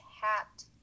hat